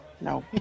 No